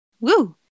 Woo